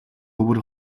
өвөр